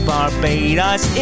Barbados